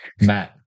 Matt